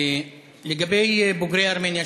לגבי בוגרי ארמניה,